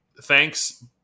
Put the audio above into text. thanks